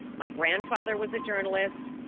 my grandfather was a journalist.